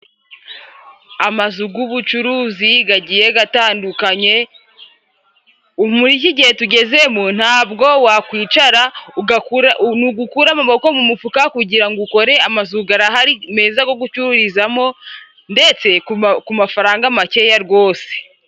Amazu g'ubucuruzi gagiye gatandukanye, ubu muri iki gihe tugezemo ntabwo wakwicara ni ukura amoboko mu mufuka kugira ngo ukore, amazu garahari meza go gucururizamo ndetse kuva ku mafaranga makeya rwose.